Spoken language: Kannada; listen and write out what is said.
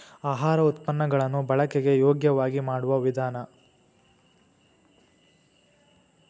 ಆಹಾರ ಉತ್ಪನ್ನ ಗಳನ್ನು ಬಳಕೆಗೆ ಯೋಗ್ಯವಾಗಿ ಮಾಡುವ ವಿಧಾನ